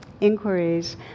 inquiries